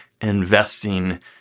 investing